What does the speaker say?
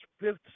fifth